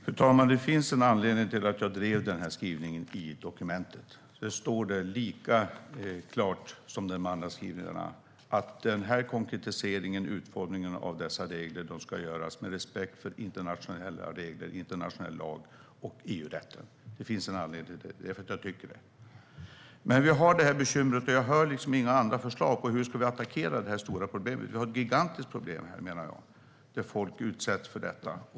Fru talman! Det finns en anledning till att jag drev denna skrivning i dokumentet. Det står där lika klart som i de andra skrivningarna att den här konkretiseringen och utformningen av dessa regler ska göras med respekt för internationella regler, internationell lag och EU-rätten. Det finns en anledning till det, och det är för att jag tycker det. Men vi har det här bekymret, och jag hör inga andra förslag på hur vi ska gripa oss an problemet. Det är ett gigantiskt problem att folk utsätts för detta.